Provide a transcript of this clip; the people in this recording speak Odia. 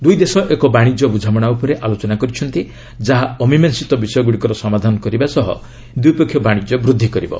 ଦୁଇ ଦେଶ ଏକ ବାଶିଜ୍ୟ ବୁଝାମଣା ଉପରେ ଆଲୋଚନା କରିଛନ୍ତି ଯାହା ଅମୀମାଂସିତ ବିଷୟଗୁଡ଼ିକର ସମାଧାନ କରିବା ସହ ଦ୍ୱିପକ୍ଷୀୟ ବାଣିଜ୍ୟ ବୃଦ୍ଧି କରିବ